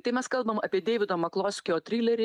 tai mes kalbam apie deivido makloskio trilerį